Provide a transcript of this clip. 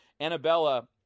Annabella